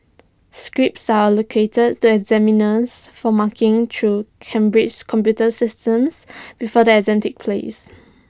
scripts are allocated to examiners for marking through Cambridge's computer systems before the exams take place